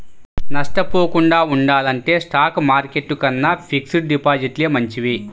నష్టపోకుండా ఉండాలంటే stock market కన్నా ఫిక్స్డ్ డిపాజిట్లే మంచివి